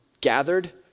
gathered